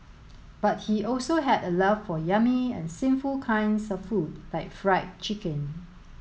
but he also had a love for yummy and sinful kinds of food like Fried Chicken